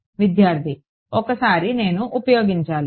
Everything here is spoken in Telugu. విద్యార్థి ఒకసారి నేను ఉపయోగించాలి